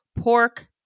pork